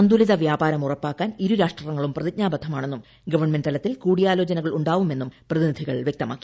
സന്തുലിത വ്യാപാരം ഉറപ്പാക്കാൻ ഇരു രാഷ്ട്രങ്ങളും പ്രതിജ്ഞാബദ്ധമാണെന്നും ഗവൺമെന്റ് തലത്തിൽ കൂടിയാലോചനകൾ ഉണ്ടാവുമെന്നും പ്രതിനിധികൾ വ്യക്തമാക്കി